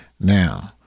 Now